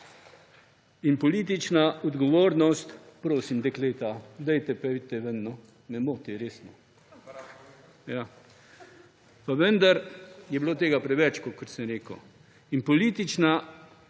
Politična odgovornost – prosim, dekleta, pojdite ven, no, me moti, resno. Pa vendar je bilo tega preveč, kot sem rekel. In politična odgovornost